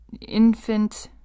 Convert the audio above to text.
infant